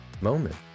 moment